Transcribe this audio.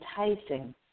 enticing